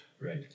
Right